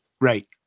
Right